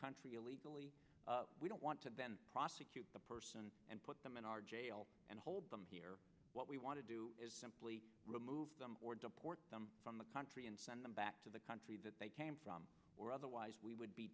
country illegally we don't want to then prosecute the person and put them in our jail and hold them here what we want to do is simply remove them or deport them from the country and send them back to the country that they came from or otherwise we would be